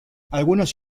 algunos